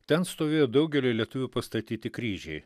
ten stovėjo daugelio lietuvių pastatyti kryžiai